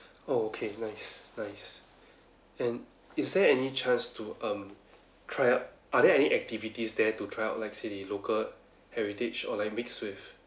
oh okay nice nice and is there any chance to um try out are there any activities there to try out like say local heritage or like mixed with